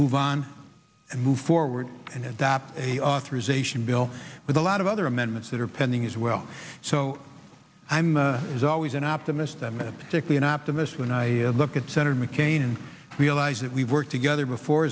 move on and move forward and adopt a authorization bill with a lot of other amendments that are pending as well so i'm is always an optimist a minute sickly an optimist when i look at senator mccain and realize that we've worked together before